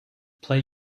play